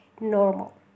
normal